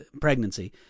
pregnancy